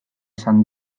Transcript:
esan